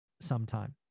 sometime